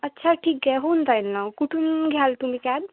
अच्छा ठीक आहे होऊन जाईल ना कुठून घ्याल तुम्ही कॅब